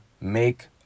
make